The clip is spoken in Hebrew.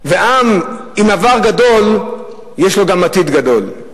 ועם עם עבר גדול יש לו גם עתיד גדול.